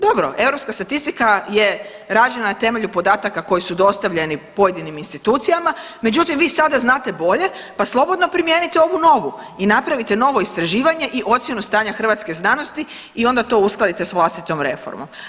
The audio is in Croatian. Dobro, europska statistika je rađena na temelju podataka koji su dostavljeni pojedinim institucijama, međutim vi sada znate bolje pa slobodno primijenite ovu novu i napravite novo istraživanje i ocjenu stanja hrvatske znanosti i onda to uskladite s vlastitom reformom.